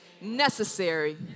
necessary